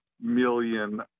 million